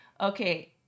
Okay